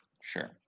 Sure